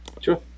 Sure